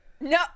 No